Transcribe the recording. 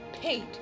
paid